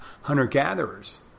hunter-gatherers